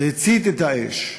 זה הצית את האש.